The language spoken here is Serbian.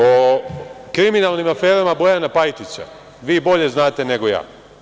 O kriminalnim aferama Bojana Pajtića, vi bolje znate nego ja.